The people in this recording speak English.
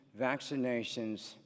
vaccinations